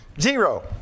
zero